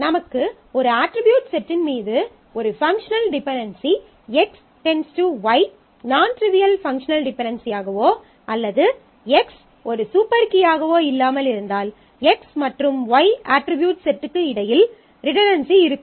நமக்கு ஒரு அட்ரிபியூட் செட்டின் மீது ஒரு functional dependency X → Y non trivial functional டிபென்டென்சியாகவோ அல்லது X ஒரு சூப்பர் கீயாகவோ இல்லாமல் இருந்தால் X மற்றும் Y அட்ரிபியூட் செட்டுக்கு இடையில் ரிடன்டன்சி இருக்கும்